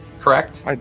Correct